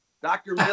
Dr